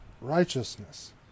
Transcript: righteousness